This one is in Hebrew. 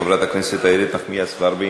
אני מבקש מחברת הכנסת איילת נחמיאס ורבין,